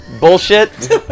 Bullshit